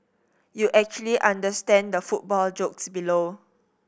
you actually understand the football jokes below